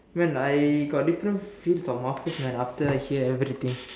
when I got different fruit on mouth after I hear everything